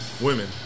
Women